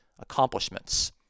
accomplishments